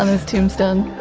um his tombstone